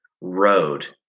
road